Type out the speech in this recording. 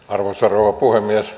arvoisa rouva puhemies